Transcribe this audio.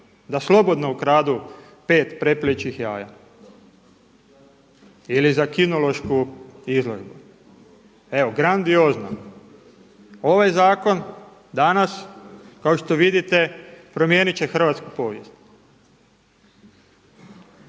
da slobodno ukradu pet prepeličjih jaja ili za kinološku izložbu. Evo grandiozno. Ovaj zakon danas kao što vidite promijenit će hrvatsku povijest.